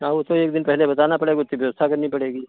हाँ उसको एक दिन पहले बताना पड़ेगा उसकी व्यवस्था करनी पड़ेगी